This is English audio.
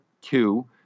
two